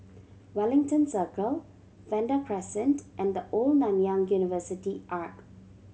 Wellington Circle Vanda Crescent and The Old Nanyang University Arch